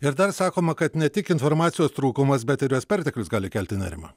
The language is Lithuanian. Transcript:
ir dar sakoma kad ne tik informacijos trūkumas bet ir jos perteklius gali kelti nerimą